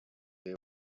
they